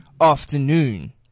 afternoon